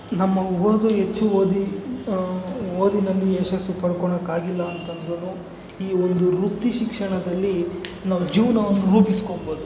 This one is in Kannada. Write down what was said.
ನಮ್ಮ ಓದು ಹೆಚ್ಚು ಓದಿ ಓದಿನಲ್ಲಿ ಯಶಸ್ಸು ಪಡ್ಕೋಳ್ಳೋಕಾಗಿಲ್ಲ ಅಂತಂದರೂ ಈ ಒಂದು ವೃತ್ತಿ ಶಿಕ್ಷಣದಲ್ಲಿ ನಾವು ಜೀವನವನ್ನು ರೂಢಿಸ್ಕೊಬೋದು